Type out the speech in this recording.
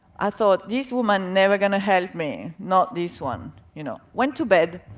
i thought, this woman never going to help me, not this one. you know went to bed.